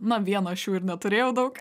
na viena aš jų ir neturėjau daug